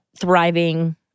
thriving